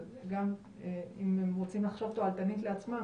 אבל גם אם הם רוצים לחשוב תועלתנית לעצמם,